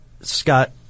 Scott